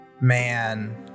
man